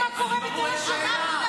באו חרדים לבית של הרב לייבל,